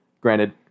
Granted